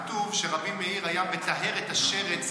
כתוב שרבי מאיר היה מטהר את השרץ,